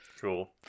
Cool